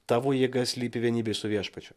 tavo jėga slypi vienybėj su viešpačiu